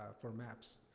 for maps?